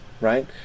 right